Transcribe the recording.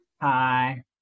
Hi